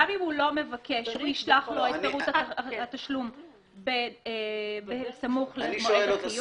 האם גם אם הוא לא מבקש הוא ישלח לו את פירוט התשלום בסמוך למועד החיוב?